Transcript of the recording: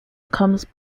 becomes